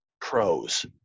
pros